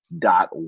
dot